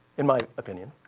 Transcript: in my opinion.